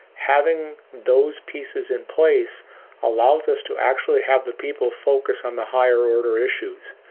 having those pieces in place allows us to actually have the people focus on the higher-order issues.